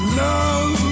love